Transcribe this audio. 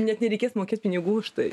net nereikės mokėt pinigų už tai